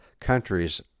countries